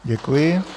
Děkuji.